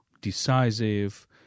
decisive